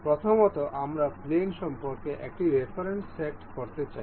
প্রথমত আমরা প্লেন সম্পর্কে একটি রেফারেন্স সেট করতে চাই